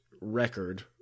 record